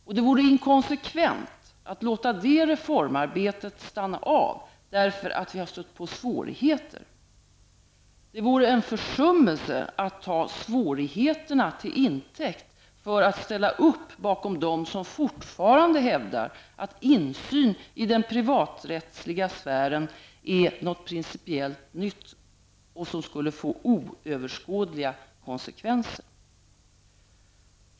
Och det vore inkonsekvent att låta det reformarbetet stanna av därför att vi har stött på svårigheter. Det vore en försummelse att ta svårigheterna till intäkt för att ställa upp bakom dem som fortfarande hävdar att insyn i den privaträttsliga sfären är något principiellt nytt som skulle få oöverskådliga konsekvenser.